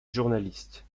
journaliste